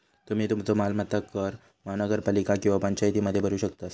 तुम्ही तुमचो मालमत्ता कर महानगरपालिका किंवा पंचायतीमध्ये भरू शकतास